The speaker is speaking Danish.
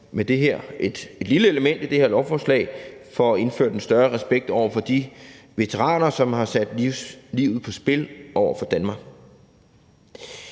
med et lille element i det her lovforslag får indført en større respekt for de veteraner, som har sat livet på spil for Danmark.